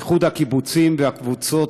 איחוד הקיבוצים והקבוצות,